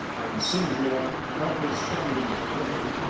and sylvia, notwithstanding her name,